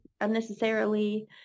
unnecessarily